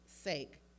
sake